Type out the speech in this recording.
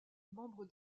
membre